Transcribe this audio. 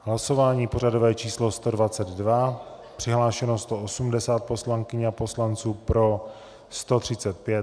Hlasování pořadové číslo 122, přihlášeno 180 poslankyň a poslanců, pro 135.